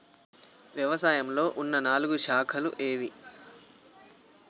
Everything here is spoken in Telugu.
వ్యవసాయంలో ఉన్న నాలుగు శాఖలు ఏవి?